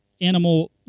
animal